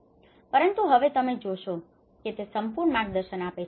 પરંતુ હવે તમે જોશો કે તે સંપૂર્ણ માર્ગદર્શન આપે છે